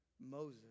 Moses